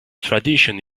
tradition